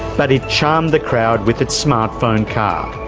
but it charmed the crowd with its smartphone car,